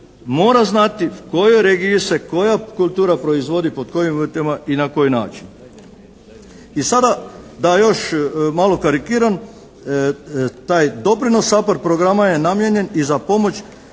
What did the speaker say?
mora znati u kojoj regiji se koja kultura proizvodi, pod kojim uvjetima i na koji način. I sada da još malo karikiram taj doprinos SAPHARD programa je namijenjen i za pomoć